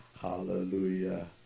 hallelujah